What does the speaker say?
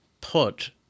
put